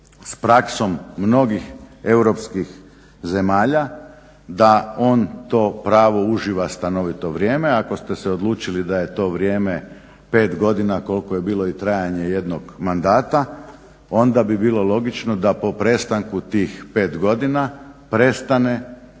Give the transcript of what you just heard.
s praksom mnogih europskih zemalja da on to pravo uživa stanovito vrijeme ako ste se odlučili da je to vrijeme pet godina koliko je bilo i trajanje jednog mandata onda bi bilo logično da po prestanku tih pet godina prestane